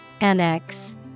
Annex